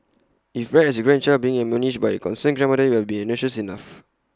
if read as A grandchild being admonished by A concerned IT would have been innocuous enough